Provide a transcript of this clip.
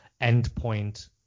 endpoint